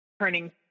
turning